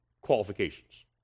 qualifications